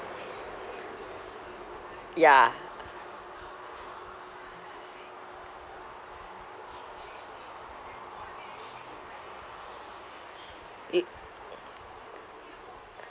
ya it